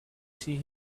see